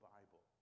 Bible